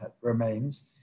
remains